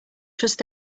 trust